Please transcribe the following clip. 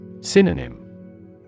Synonym